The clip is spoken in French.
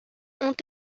ont